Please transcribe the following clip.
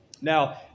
Now